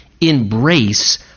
embrace